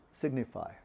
signify